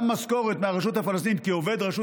גם משכורת מהרשות הפלסטינית כעובד רשות